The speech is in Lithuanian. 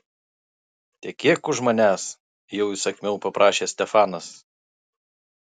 tekėk už manęs jau įsakmiau paprašė stefanas